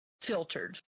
filtered